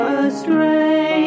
astray